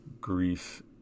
grief